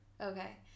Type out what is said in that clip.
Okay